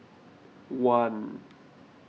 one